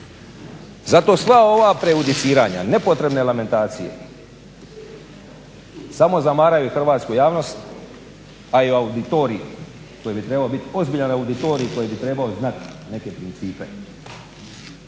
Zato sva ova prejudiciranja nepotrebne elementacije samo zamaraju hrvatsku javnost, a i auditorij koji bi trebao biti ozbiljan